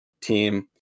team